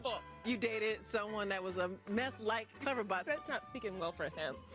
but you dated someone that was a mess like cleverbot? that's not speaking well for him.